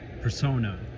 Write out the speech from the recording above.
persona